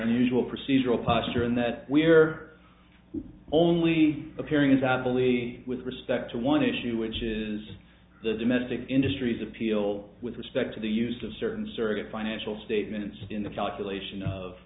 unusual procedural posture and that we're only appearing in that believe with respect to one issue which is the domestic industries appeal with respect to the use of certain surrogate financial statements in the calculation of